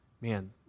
man